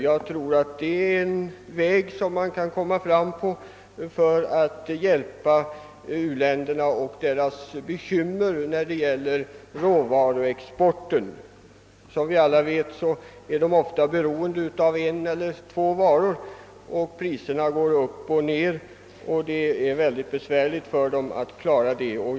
Jag tror att det är en väg, på vilken man kan komma fram för att hjälpa u-länderna att lätta deras bekymmer i fråga om råvaruexporten. Som vi alla vet är u-länderna ofta beroende av ett fåtal varuslag. Priserna går dessutom upp och ned, och det är svårt för u-länderna att bemästra dessa skiftningar.